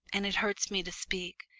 and it hurts me to speak.